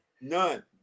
none